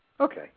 Okay